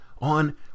On